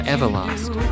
Everlast